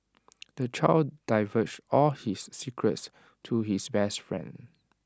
the child divulged all his secrets to his best friend